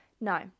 No